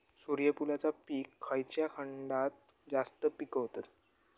सूर्यफूलाचा पीक खयच्या खंडात जास्त पिकवतत?